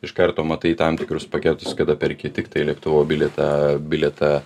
iš karto matai tam tikrus paketus kada perki tiktai lėktuvo bilietą bilietą